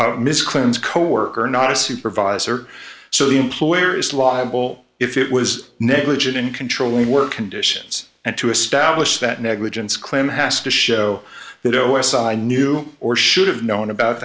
mrs clinton's coworker not a supervisor so the employer is liable if it was negligent in controlling work conditions and to establish that negligence claim has to show that o s i knew or should have known about